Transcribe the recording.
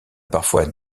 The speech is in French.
parfois